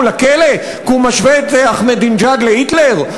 לכלא כי הוא משווה את אחמדינג'אד להיטלר.